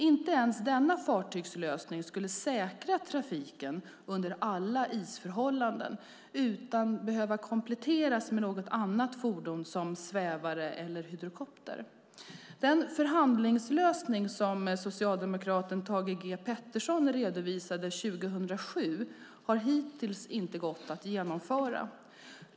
Inte ens denna fartygslösning skulle säkra trafiken under alla isförhållanden utan behöva kompletteras med något annat fordon, till exempel svävare eller hydrokopter. Den förhandlingslösning som socialdemokraten Thage G Peterson redovisade 2007 har hittills inte gått att genomföra.